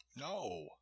no